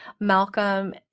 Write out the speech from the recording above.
Malcolm